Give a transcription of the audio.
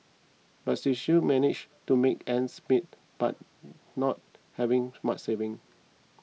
but she still manages to make ends meet by not having much saving